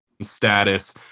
status